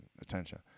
attention